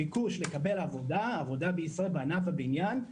הם בקמפיין פה להאריך את הוותמ"ל.